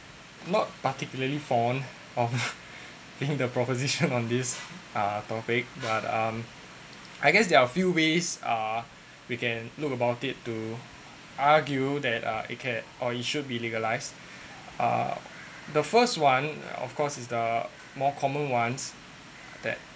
not particularly fond of being the proposition on this uh topic but um I guess there are a few ways uh we can look about it to argue that uh it can or it should be legalized uh the first one of course is the more common ones that